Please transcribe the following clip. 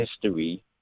history